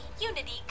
Unity